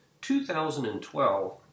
2012